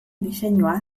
diseinua